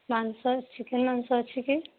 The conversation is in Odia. ମାଂସ ଚିକେନ୍ ମାଂସ ଅଛି କି